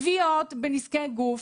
תביעות בנזקי גוף,